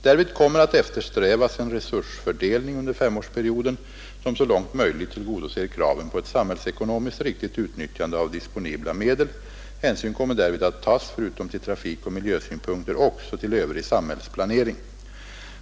Därvid kommer att eftersträvas en resursfördelning under femårsperioden som så långt möjligt tillgodoser kraven på ett samhällsekonomiskt riktigt utnyttjande av disponibla medel. Hänsyn kommer därvid att tas förutom till trafikoch miljösynpunkter också till övrig samhällsplanering.